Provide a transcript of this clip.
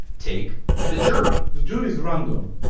take the jury the jury is random.